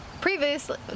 Previously